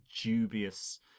dubious